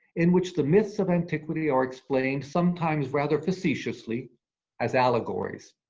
in which the myths of antiquity are explaining sometimes rather facetiously as allegories.